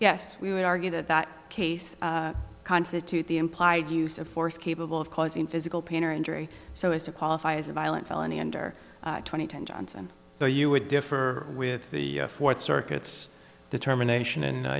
yes we would argue that that case constitute the implied use of force capable of causing physical pain or injury so as to qualify as a violent felony under twenty ten johnson so you would differ with the fourth circuit's determination